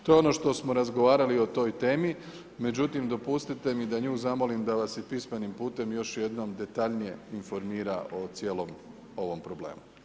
To je ono što smo razgovarali o toj temi, međutim dopustite mi da nju zamolim da vas i pismenim putem još jednom detaljnije informira o cijelom ovom problemu.